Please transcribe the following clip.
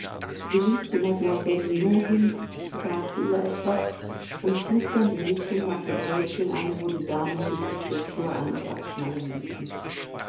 sie lief zu mademoiselle linon hin sagte ihr etwas und schlug dann die richtung nach dem häuschen ein wo die damen sich die schlittschuhe an und abschnallen ließen